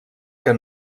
que